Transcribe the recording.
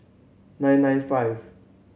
nine nine five